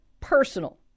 Personal